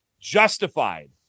justified